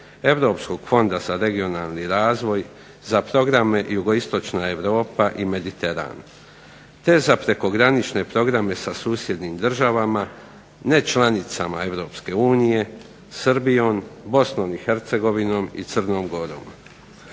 Europskog fonda za regionalni razvoj, za programe jugoistočna Europa i Mediteran. TE za prekogranične programe sa susjednim državama, ne članicama europske unije, Srbijom, Crnom gorom i Bosnom